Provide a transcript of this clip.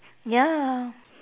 ya